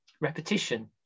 repetition